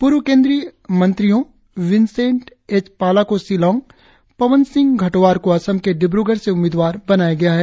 पूर्व केंद्रीय मंत्रियों विसेट एच पाला को शिलांग और पबन सिंह घटोवार को असम के डिब्रगढ़ से उम्मीदवार बनाया गया है